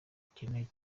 akeneye